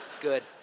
good